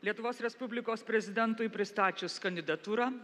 lietuvos respublikos prezidentui pristačius kandidatūrą